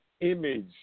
image